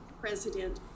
president